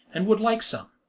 and would like some.